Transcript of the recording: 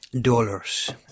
Dollars